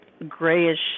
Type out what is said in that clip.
Grayish